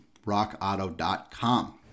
rockauto.com